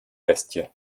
bestie